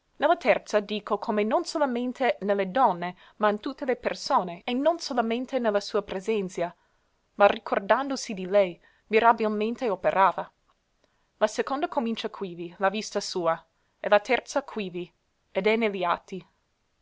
terza dico come non solamente ne le donne ma in tutte le persone e non solamente ne la sua presenzia ma ricordandosi di lei mirabilmente operava la seconda comincia quivi la vista sua e la terza quivi ed è